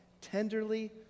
tenderly